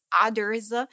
others